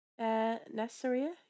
Nessaria